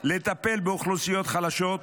לטפל באוכלוסיות חלשות,